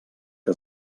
que